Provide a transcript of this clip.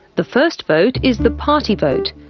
the first vote is the party vote.